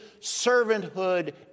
servanthood